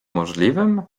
możliwym